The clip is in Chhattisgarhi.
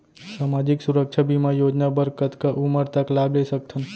सामाजिक सुरक्षा बीमा योजना बर कतका उमर तक लाभ ले सकथन?